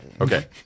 Okay